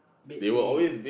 bad saying